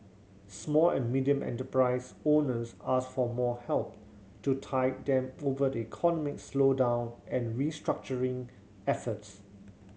small and medium enterprise owners asked for more help to tide them over the economic slowdown and restructuring efforts